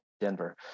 denver